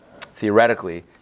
theoretically